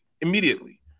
Immediately